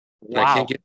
Wow